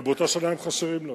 אבל באותה שנה הם חסרים לנו.